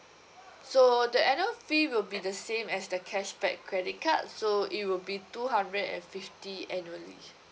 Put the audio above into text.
so the annual fee will be the same as the cashback credit card so it will be two hundred and fifty annually